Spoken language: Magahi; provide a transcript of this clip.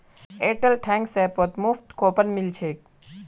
एयरटेल थैंक्स ऐपत मुफ्त कूपन मिल छेक